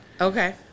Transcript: Okay